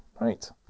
Right